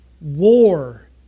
war